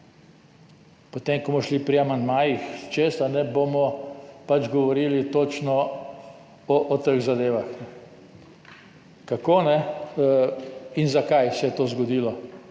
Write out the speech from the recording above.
Potem, ko bomo šli pri amandmajih čez, bomo pač govorili točno o teh zadevah, kako in zakaj se je to zgodilo.